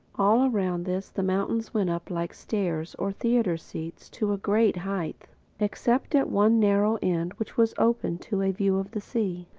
all around this the mountains went up like stairs, or theatre-seats, to a great height except at one narrow end which was open to a view of the sea.